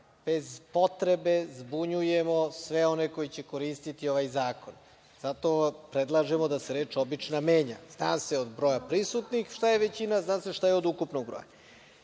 Bez potrebe zbunjujemo sve one koji će koristiti ovaj zakon. Zato predlažemo da se reč obična menja. Zna se od broja prisutnih šta je većina, zna se šta je od ukupnog